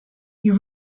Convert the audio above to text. you